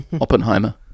oppenheimer